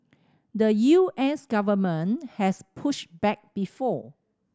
the U S government has pushed back before